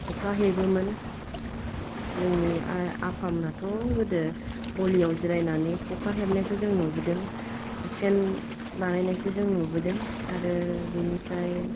खखा हेबोमोन जोंनि आफामोनथ' गोदो गलियाव जिरायनानै खखा हेबनायखौ जों नुबोदों सेन बानायनायखौ जों नुबोदों आरो बेनिफ्राय